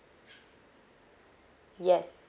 yes